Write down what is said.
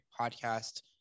podcast